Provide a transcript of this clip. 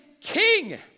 king